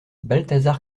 balthazar